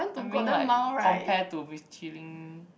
I mean like compare to Michelin